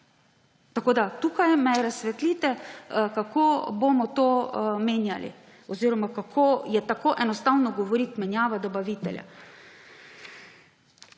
Tako me tukaj razsvetlite, kako bomo to menjali oziroma kako je tako enostavno govoriti: menjava dobavitelja.